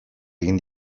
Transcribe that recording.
egin